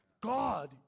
God